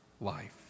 life